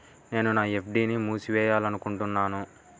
నేను నా ఎఫ్.డీ ని మూసివేయాలనుకుంటున్నాను